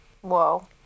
whoa